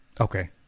Okay